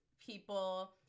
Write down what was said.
people